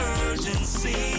urgency